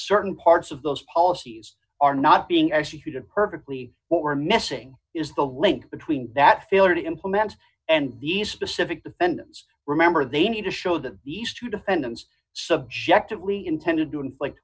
certain parts of those policies are not being executed perfectly what we're missing is the link between that failure to implement and these specific defendants remember they need to show that these two defendants subjectively intended to in